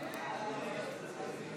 הסתייגות